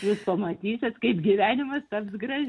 jūs pamatysit kaip gyvenimas taps graž